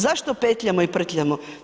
Zašto petljamo i prtljamo.